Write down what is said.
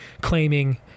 claiming